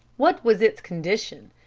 what was its condition?